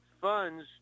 funds